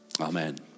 Amen